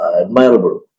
admirable